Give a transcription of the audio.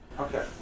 Okay